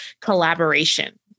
collaboration